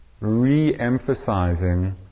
re-emphasizing